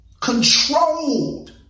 controlled